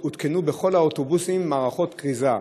הותקנו בכל האוטובוסים מערכות כריזה.